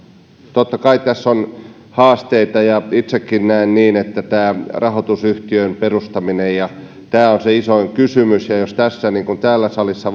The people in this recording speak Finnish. totta kai tässä on haasteita ja itsekin näen niin että tämä rahoitusyhtiön perustaminen on se isoin kysymys ja jos tässä niin kuin täällä salissa